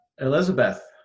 Elizabeth